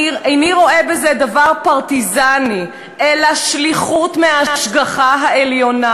אני איני רואה בזה דבר פרטיזני אלא שליחות מההשגחה העליונה,